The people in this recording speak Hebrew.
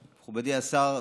השרים,